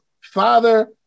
father